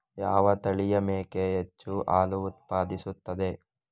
ಯಾವ ತಳಿಯ ಮೇಕೆ ಹೆಚ್ಚು ಹಾಲು ಉತ್ಪಾದಿಸುತ್ತದೆ?